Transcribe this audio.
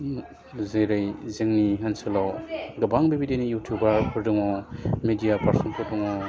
जेरै जोंनि ओनसोलाव गोबां बेबायदिनो इउटुबारफोर दङ मेदिया पारसनफोर दङ